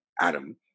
Adam